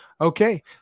Okay